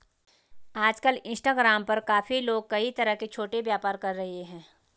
आजकल इंस्टाग्राम पर काफी लोग कई तरह के छोटे व्यापार कर रहे हैं